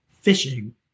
fishing